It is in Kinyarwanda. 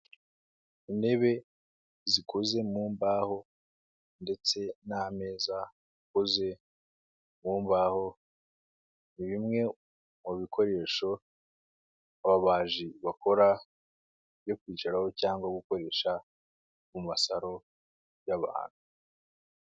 Intebe zikoze mu mbaho ndetse n'ameza akoze mu mbaho ni bimwe mu bikoresho ababaji bakora byo kwicaraho cyangwa gukoresha mu masaro y'abantu.